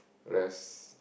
rest